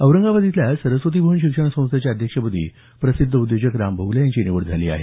औरंगाबाद इथल्या सरस्वती भूवन शिक्षण संस्थेच्या अध्यक्षपदी प्रसिद्ध उद्योजक राम भोगले यांची निवड झाली आहे